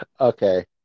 Okay